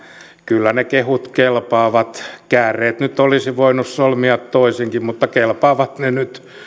kyllä ne kehut kelpaavat kääreet olisi voinut solmia toisinkin mutta kelpaavat ne nyt